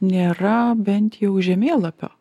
nėra bent jau žemėlapio